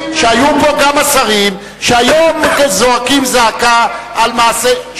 שהיו פה כמה שרים שהיום זועקים זעקה על מעשה,